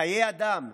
חיי אדם,